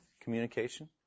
communication